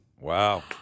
Wow